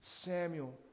Samuel